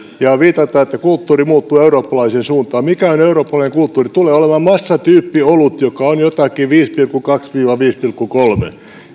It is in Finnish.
ja viitataan siihen että kulttuuri muuttuu eurooppalaiseen suuntaan mikä on eurooppalainen kulttuuri tulee olemaan massatyyppiolut joka on jotakin viisi pilkku kaksi viiva viisi pilkku kolme